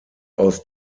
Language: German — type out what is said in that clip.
aus